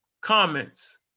comments